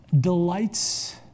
delights